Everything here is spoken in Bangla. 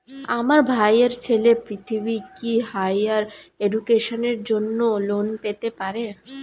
আমার ভাইয়ের ছেলে পৃথ্বী, কি হাইয়ার এডুকেশনের জন্য লোন পেতে পারে?